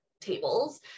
tables